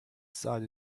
sought